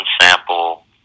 sample